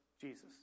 Jesus